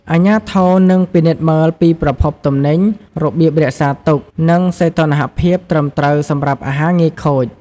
អាជ្ញាធរ នឹងពិនិត្យមើលពីប្រភពទំនិញ របៀបរក្សាទុក និងសីតុណ្ហភាពត្រឹមត្រូវសម្រាប់អាហារងាយខូច។